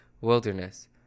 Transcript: wilderness